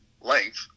length